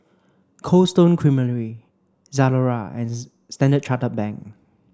Cold Stone Creamery Zalora and Standard Chartered Bank